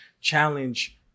challenge